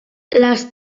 les